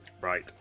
Right